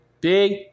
Big